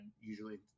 usually